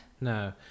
No